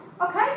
Okay